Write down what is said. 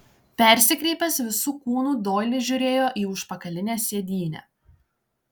persikreipęs visu kūnu doilis žiūrėjo į užpakalinę sėdynę